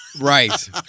Right